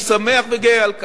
אני שמח וגאה על כך.